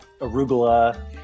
arugula